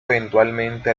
eventualmente